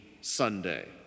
Sunday